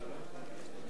ד"ר עפו אגבאריה,